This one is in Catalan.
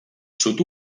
sud